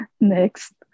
Next